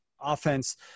offense